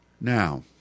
Now